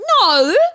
No